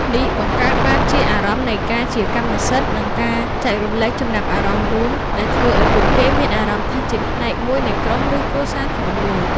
នេះបង្កើតបានជា អារម្មណ៍នៃការជាកម្មសិទ្ធិ និង ការចែករំលែកចំណាប់អារម្មណ៍រួម ដែលធ្វើឲ្យពួកគេមានអារម្មណ៍ថាជាផ្នែកមួយនៃក្រុម ឬគ្រួសារធំមួយ។